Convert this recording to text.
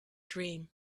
dream